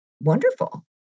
wonderful